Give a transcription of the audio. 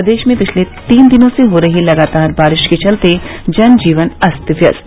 प्रदेश में पिछले तीन दिनों से हो रही लगातार बारिश के चलते जनजीवन अस्त व्यस्त